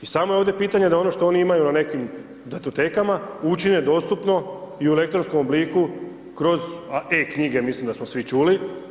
I samo je ovdje pitanje da ono što oni imaju na nekim datotekama učine dostupno i u elektronskom obliku kroz e-knjige mislim da smo svi čuli.